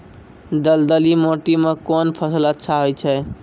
दलदली माटी म कोन फसल अच्छा होय छै?